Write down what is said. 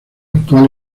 actual